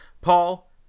Paul